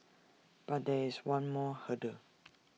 but there is one more hurdle